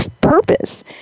purpose